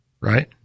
right